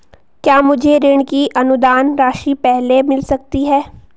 क्या मुझे ऋण की अनुदान राशि पहले मिल सकती है?